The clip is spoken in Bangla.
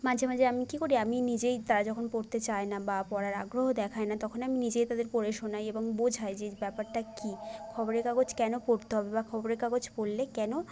মাঝে মাঝে আমি কী করি আমি নিজেই তারা যখন পড়তে চায় না বা পড়ার আগ্রহ দেখায় না তখন আমি নিজেই তাদের পড়ে শোনাই এবং বোঝাই যে ব্যাপারটা কী খবরের কাগজ কেন পড়তে হবে বা খবরের কাগজ পড়লে কেন